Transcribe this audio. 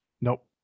Nope